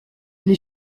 les